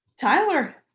Tyler